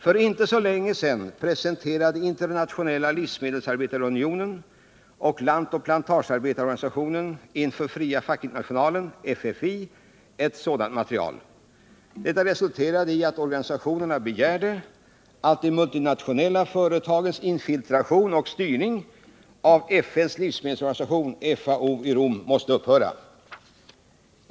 För inte så länge sedan presenterade Internationella livsmedelsarbetareunionen och Lantoch plantagearbetareorganisationen inför Fria fackföreningsinternationalen ett sådant material. Detta resulterade i att organisationerna begärde att de multinationella företagens infiltration och styrning av FN:s livsmedelsorganisation FAO i Rom måste upphöra.